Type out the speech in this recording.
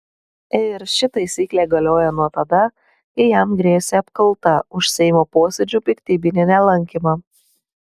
ir ši taisyklė galioja nuo tada kai jam grėsė apkalta už seimo posėdžių piktybinį nelankymą